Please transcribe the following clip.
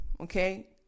okay